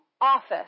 office